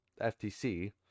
FTC